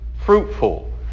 Fruitful